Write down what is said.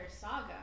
saga